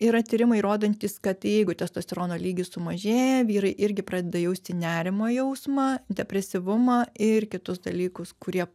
yra tyrimai rodantys kad jeigu testosterono lygis sumažėja vyrai irgi pradeda jausti nerimo jausmą depresyvumą ir kitus dalykus kurie